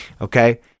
okay